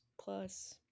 plus